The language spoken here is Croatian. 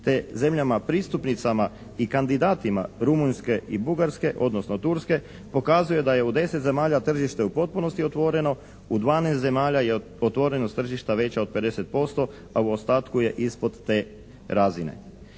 te zemljama pristupnicama i kandidatima Rumunjske i Bugarske, odnosno Turske pokazuje da je u 10 zemalja tržište u potpunosti otvoreno, u 12 zemalja je otvorenost tržišta veća od 50%, a u ostatku je ispod te razine.